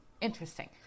interesting